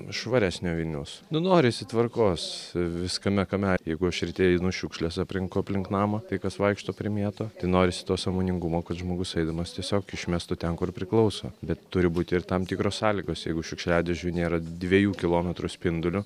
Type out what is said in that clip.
švaresnio vilniaus norisi tvarkos viskame kame jeigu aš ryte einu šiukšles aprenku aplink namą tai kas vaikšto primėto tai norisi to sąmoningumo kad žmogus eidamas tiesiog išmestų ten kur priklauso bet turi būti ir tam tikros sąlygos jeigu šiukšliadėžių nėra dviejų kilometrų spinduliu